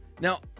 Now